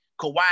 Kawhi